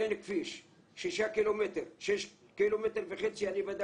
אין כביש 6.5 קילומטר, אני בדקתי.